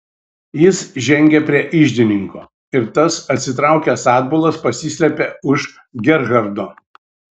jis žengė prie iždininko ir tas atsitraukęs atbulas pasislėpė už gerhardo